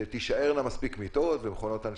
שתישארנה מספיק מיטות ומכונות הנשמה.